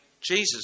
Jesus